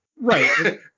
right